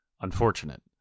unfortunate